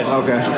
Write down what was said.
okay